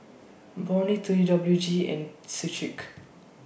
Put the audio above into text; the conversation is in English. Burnie T W G and Schick